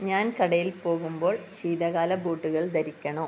ഞാൻ കടയിൽ പോകുമ്പോൾ ശീതകാല ബൂട്ടുകൾ ധരിക്കണോ